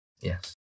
Yes